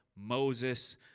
Moses